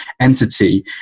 entity